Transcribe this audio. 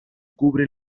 cubren